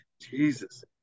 Jesus